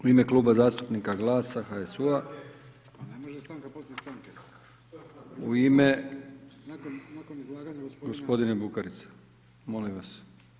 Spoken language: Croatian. U ime Kluba zastupnika Glasa HSU-a. … [[Upadica se ne razumije.]] Gospodine Bukarica, molim vas.